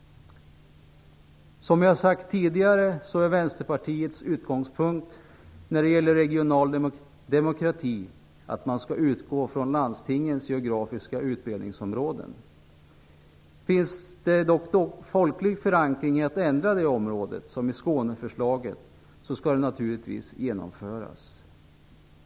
Som jag tidigare sagt är Vänsterpartiets utgångspunkt när det gäller regional demokrati att man skall utgå från landstingens geografiska utbredningsområden. Finns det dock folklig förankring för att ändra det området, som i Skåneförslaget, skall det naturligtvis genomföras.